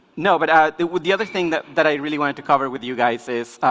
no but it would the other thing that that i really wanted to cover with you guys is